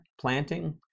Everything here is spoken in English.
planting